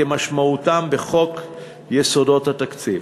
כמשמעותם בחוק יסודות התקציב.